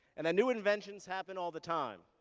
and that new inventions happen all the time.